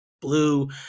blue